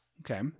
Okay